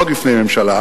לא רק בפני ממשלה,